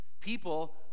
People